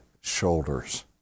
shoulders